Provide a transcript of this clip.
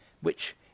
which